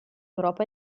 europa